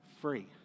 free